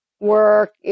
work